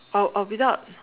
or or without